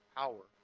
power